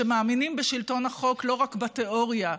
שמאמינים בשלטון החוק לא רק בתיאוריה,